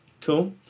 Cool